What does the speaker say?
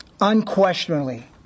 unquestionably